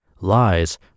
lies